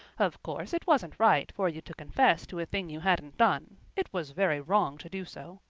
of course, it wasn't right for you to confess to a thing you hadn't done it was very wrong to do so.